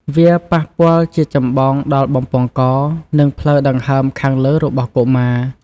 វាប៉ះពាល់ជាចម្បងដល់បំពង់ក និងផ្លូវដង្ហើមខាងលើរបស់កុមារ។